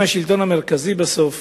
ואם השלטון המרכזי בסוף